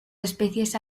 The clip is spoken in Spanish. especies